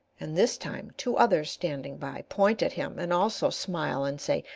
and this time two others standing by point at him and also smile and say,